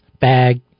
bag